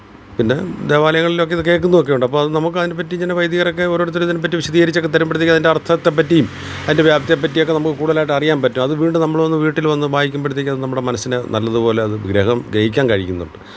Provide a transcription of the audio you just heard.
പിന്നെ ദേവാലയങ്ങളിലൊക്കെ ഇത് കേൾക്കുന്നുമൊക്കെയുണ്ട് അപ്പം അത് നമുക്കതിനെപ്പറ്റി ഇങ്ങനെ വൈദികരൊക്കെ ഓരോരുത്തർ ഇതിനെപ്പറ്റി വിശദീകരിച്ചൊക്കെ തരുമ്പോഴത്തേക്ക് അതിന്റെ അര്ത്ഥത്തെ പറ്റിയും അതിന്റെ വ്യാപ്തിയെ പറ്റിയൊക്കെ നമുക്ക് കൂടുതലായിട്ട് അറിയാന് പറ്റും അത് വീണ്ടും നമ്മൾ വന്ന് വീട്ടിൽ വന്ന് വായിക്കുമ്പോഴത്തേക്കത് നമ്മുടെ മനസ്സിന് നല്ലതുപോലെയത് ദുരഹം ഗ്രഹിക്കാന് കഴിയുന്നുണ്ട്